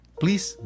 please